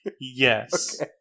Yes